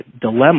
dilemma